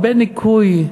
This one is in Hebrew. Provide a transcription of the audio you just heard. בניכוי,